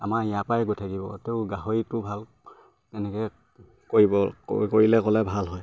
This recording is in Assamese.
আমাৰ ইয়াৰ পৰাই গৈ থাকিব তেওঁ গাহৰিটো ভাল তেনেকে কৰিব কৰিলে ক'লে ভাল হয়